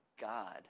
God